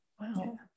wow